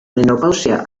menopausia